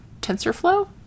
TensorFlow